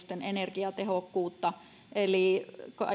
parantaa rakennusten energiatehokkuutta eli